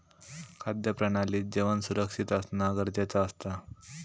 खाद्य प्रणालीत जेवण सुरक्षित असना गरजेचा असता